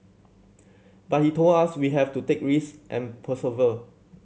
but he told us we have to take risk and persevere